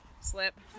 slip